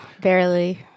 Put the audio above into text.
Barely